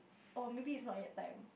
oh maybe is not yet time